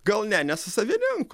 gal ne ne su savininku